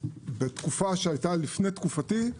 בתקופה שהייתה לפני תקופתי,